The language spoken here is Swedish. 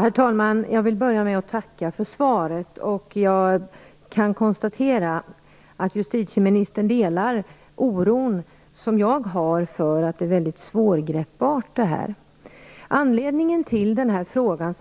Herr talman! Jag vill börja med att tacka för svaret. Jag kan konstatera att justitieministern delar den oro som jag har för att detta är mycket svårgreppbart. Anledningen till att jag har ställt